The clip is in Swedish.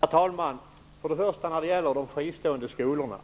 Herr talman! För det första avskaffas de fristående skolorna